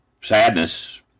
sadness